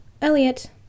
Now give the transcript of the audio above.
Elliot